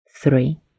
three